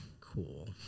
Cool